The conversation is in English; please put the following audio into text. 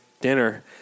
dinner